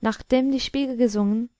nachdem die spiegel gesungen